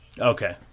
okay